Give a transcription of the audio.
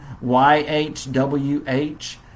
Y-H-W-H